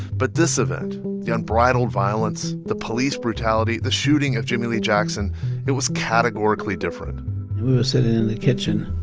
but this event the unbridled violence, the police brutality, the shooting of jimmie lee jackson it was categorically different we were sitting in the kitchen,